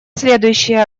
следующий